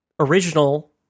original